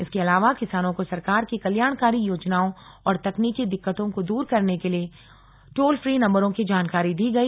इसके अलावा किसानों को सरकार की कल्याणकारी योजनाओं और तकनीकी दिक्कतों को दूर करने के लिए टॉल फ्री नंबरों की जानकारी दी गई